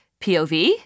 POV